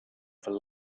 for